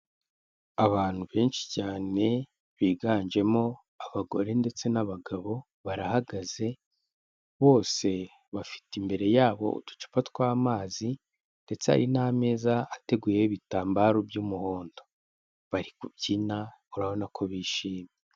Abantu benshi cyane biganjemo abagore ndetse n'abagabo barahagaze, bose bafite imbere yabo uducupa tw'amazi ndetse hari n'ameza ateguyeho ibitambaro by'umuhondo, bari kubyina urabona ko bishimye.